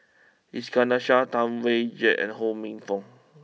Iskandar Shah Tam Wai Jia and Ho Minfong